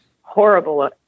horrible